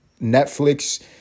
Netflix